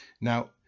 Now